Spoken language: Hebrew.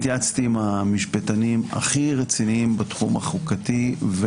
התייעצתי עם המשפטנים הכי רציניים בתחום החוקתי.